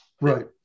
right